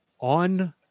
on